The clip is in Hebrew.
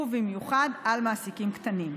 ובמיוחד על מעסיקים קטנים.